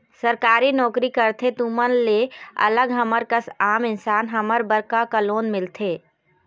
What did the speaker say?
सरकारी नोकरी करथे तुमन ले अलग हमर कस आम इंसान हमन बर का का लोन मिलथे?